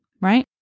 right